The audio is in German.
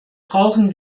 brauchen